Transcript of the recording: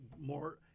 more